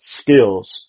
skills